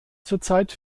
zurzeit